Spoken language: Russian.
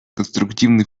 конструктивный